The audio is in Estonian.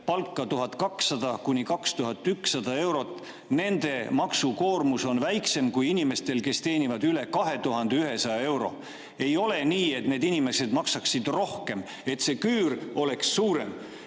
palka 1200–2100 eurot, on maksukoormus väiksem kui inimestel, kes teenivad üle 2100 euro. Ei ole nii, et need inimesed maksaksid rohkem ja see küür oleks suurem.